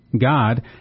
God